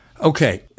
Okay